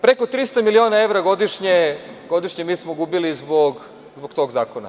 Preko 300 miliona evra godišnje mi smo gubili zbog tog zakona.